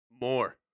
more